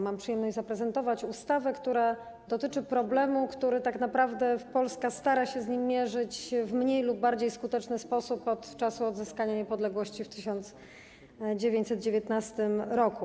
Mam przyjemność zaprezentować ustawę, która dotyczy problemu, z którym tak naprawdę Polska stara się mierzyć w mniej lub bardziej skuteczny sposób od czasu odzyskania niepodległości w 1919 r.